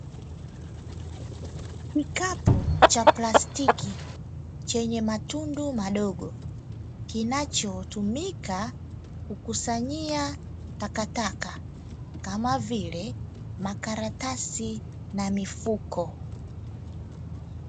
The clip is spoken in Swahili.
Kikapu cha plastiki chenye matundu madogo, kinacho tumika kukusanyia takataka kamavile makaratasi na mifuko.